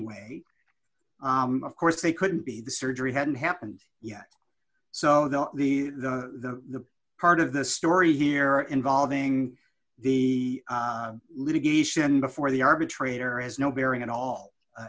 way of course they couldn't be the surgery hadn't happened yet so the the the the part of the story here involving the litigation before the arbitrator has no bearing at all